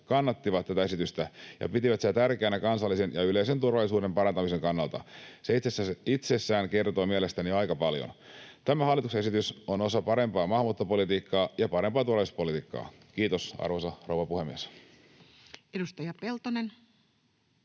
kannattivat tätä esitystä ja pitivät sitä tärkeänä kansallisen ja yleisen turvallisuuden parantamisen kannalta. Se itsessään kertoi mielestäni jo aika paljon. Tämä hallituksen esitys on osa parempaa maahanmuuttopolitiikkaa ja parempaa turvallisuuspolitiikkaa. — Kiitos, arvoisa rouva puhemies. [Speech